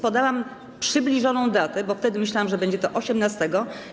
Podałam przybliżoną datę, bo wtedy myślałam, że będzie to osiemnastego.